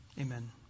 Amen